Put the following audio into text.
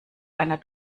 einer